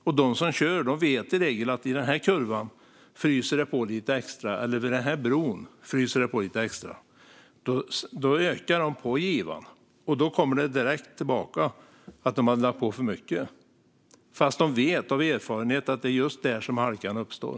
Och de som kör vet i regel i vilka kurvor och på vilka broar det fryser på lite extra. Där ökar de på givan. Då kommer det direkt tillbaka att de har lagt på för mycket, fast de av erfarenhet vet att det är just där som halkan uppstår.